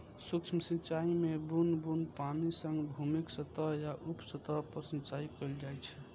सूक्ष्म सिंचाइ मे बुन्न बुन्न पानि सं भूमिक सतह या उप सतह पर सिंचाइ कैल जाइ छै